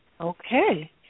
Okay